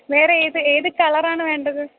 വേറെ ഏത് ഏത് കളറാണ് വേണ്ടത്